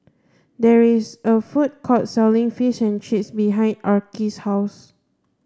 there is a food court selling Fish and Chips behind Arkie's house